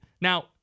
Now